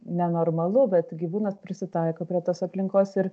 nenormalu bet gyvūnas prisitaiko prie tos aplinkos ir